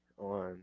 on